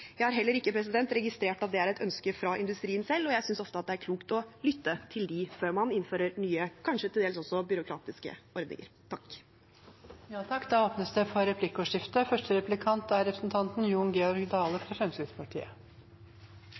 Jeg har heller ikke registrert at det er et ønske fra industrien selv, og jeg synes ofte det er klokt å lytte til dem før man innfører nye og kanskje til dels også byråkratiske ordninger. Det blir replikkordskifte. Eg vil først seie at eg deler syn på mykje av bodskapen i statsrådens innlegg. Men det er